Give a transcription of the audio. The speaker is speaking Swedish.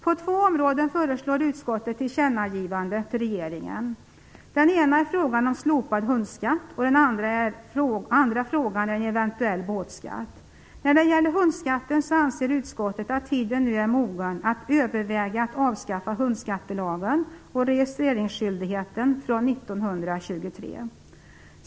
På två områden föreslår utskottet ett tillkännagivande till regeringen. Det ena är frågan om slopad hundskatt, och det andra är frågan om eventuell båtskatt. När det gäller hundskatten anser utskottet att tiden nu är mogen att överväga att avskaffa hundskattelagen och registreringsskyldigheten från 1923.